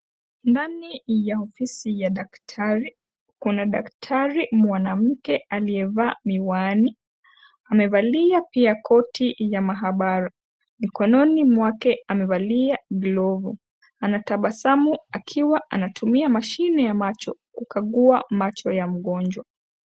Ndani ya ofisi ya daktari kuna daktari mwanamke aliyevaa miwani amevalia pia koti ya maabara . Mkononi mwake amevalia glovu, anatabasamu akiwa anatumia mashine ya macho kukagua macho ya mgonjwa.